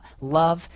love